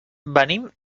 venim